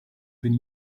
been